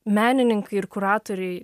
menininkai ir kuratoriai